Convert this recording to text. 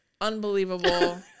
unbelievable